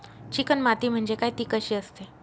Chicken माती म्हणजे काय? ति कशी असते?